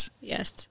Yes